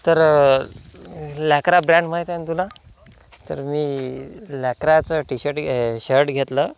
तर लॅकरा ब्रँड माहीत आहे ना तुला तर मी लॅकराचं टी शर्ट शर्ट घेतलं